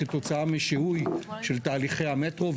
כתוצאה משיהוי של תהליכי המטרו,